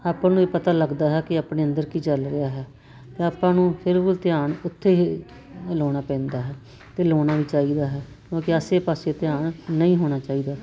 ਆਪਾਂ ਨੂੰ ਇਹ ਪਤਾ ਲੱਗਦਾ ਹੈ ਕਿ ਆਪਣੇ ਅੰਦਰ ਕੀ ਚੱਲ ਰਿਹਾ ਹੈ ਆਪਾਂ ਨੂੰ ਬਿਲਕੁਲ ਧਿਆਨ ਉੱਥੇ ਹੀ ਲਾਉਣਾ ਪੈਂਦਾ ਹੈ ਅਤੇ ਲਾਉਣਾ ਵੀ ਚਾਹੀਦਾ ਹੈ ਕਿਉਂਕਿ ਆਸੇ ਪਾਸੇ ਧਿਆਨ ਨਹੀਂ ਹੋਣਾ ਚਾਹੀਦਾ